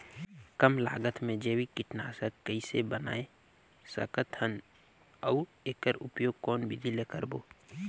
कम लागत मे जैविक कीटनाशक कइसे बनाय सकत हन अउ एकर उपयोग कौन विधि ले करबो?